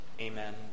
amen